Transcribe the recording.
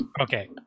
Okay